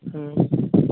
ହୁଁ